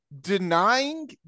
denying